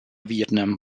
vietnam